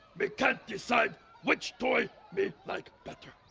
but can't decide which toy me like better.